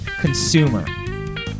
Consumer